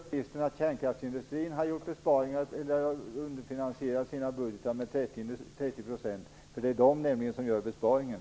Fru talman! Menar miljöministern då att kärnkraftsindustrin har gjort besparingar eller underfinansierat sina budgetar med 30 %? Det är nämligen den som gör besparingen.